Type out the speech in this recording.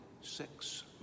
six